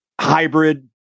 hybrid